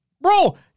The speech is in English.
Bro